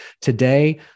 today